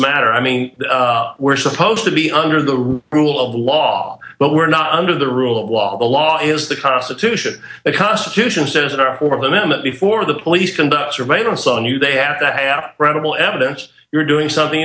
matter i mean we're supposed to be under the rule of law but we're not under the rule of law the law is the constitution the constitution says and our or limit before the police conduct surveillance on you they have to have rebel evidence you're doing something